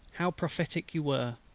how prophetic you were!